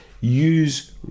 use